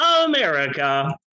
america